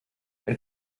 wenn